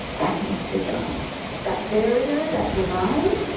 that means hijab um that barrier, that divide,